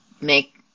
make